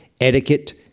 etiquette